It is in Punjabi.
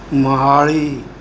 ਮੋਹਾਲੀ